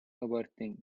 overthink